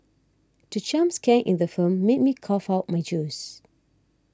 the jump scare in the film made me cough out my juice